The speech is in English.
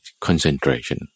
concentration